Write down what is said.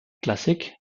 classic